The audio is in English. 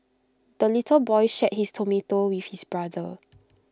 the little boy shared his tomato with his brother